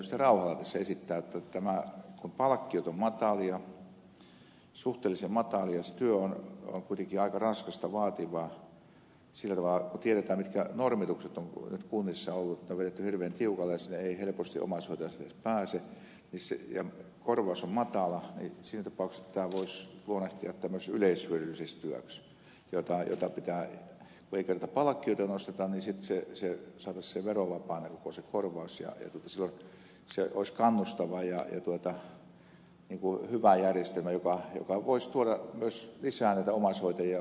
rauhala tässä esittää jotta kun palkkiot ovat suhteellisen matalia ja se työ on kuitenkin aika raskasta ja vaativaa sillä tavalla kun tiedetään mitkä normitukset on nyt kunnissa ollut että ne on vedetty hirveän tiukalle sinne ei helposti omaishoitajaksi edes pääse ja korvaus on matala niin siinä tapauksessa tätä voisi luonnehtia tämmöiseksi yleishyödylliseksi työksi jossa kun ei kerran palkkioita nosteta saataisiin verovapaana se koko korvaus ja silloin tämä olisi kannustava ja hyvä järjestelmä joka voisi tuoda myös lisää näitä omaishoitajia jotta ei vietäisi ihmisiä laitoksiin